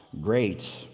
Great